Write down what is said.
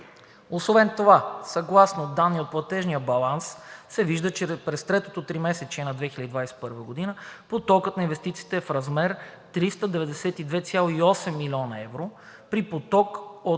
Освен това съгласно данни от платежния баланс се вижда, че през третото тримесечие на 2021 г. потокът на инвестициите е в размер на 392,8 млн. евро при поток от